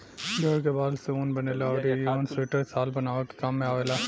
भेड़ के बाल से ऊन बनेला अउरी इ ऊन सुइटर, शाल बनावे के काम में आवेला